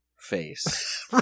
face